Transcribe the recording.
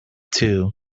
too